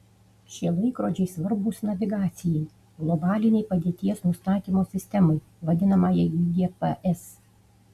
šie laikrodžiai svarbūs navigacijai globalinei padėties nustatymo sistemai vadinamajai gps